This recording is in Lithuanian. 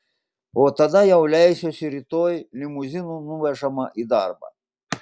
o tada jau leisiuosi rytoj limuzinu nuvežama į darbą